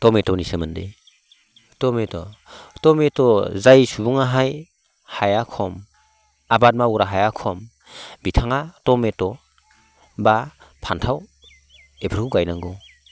टमेट'नि सोमोन्दै tomato tomato जाय सुबुङाहाय हाया खम आबाद मावग्रा हाया खम बिथाङा टमेट' बा फान्थाव बेफोरखौ गायनांगौ